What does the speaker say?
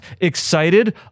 excited